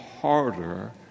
harder